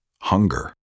hunger